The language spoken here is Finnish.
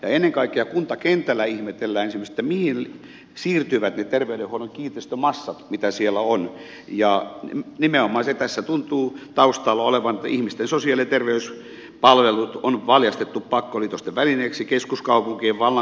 ennen kaikkea kuntakentällä ihmetellään esimerkiksi sitä mihin siirtyvät ne terveydenhuollon kiinteistömassat mitä siellä on ja nimenomaan se tässä tuntuu taustalla olevan että ihmisten sosiaali ja terveyspalvelut on valjastettu pakkoliitosten välineeksi keskuskaupunkien vallankaappaus